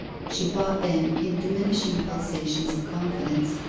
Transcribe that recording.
she thought then in diminishing pulsations of confidence,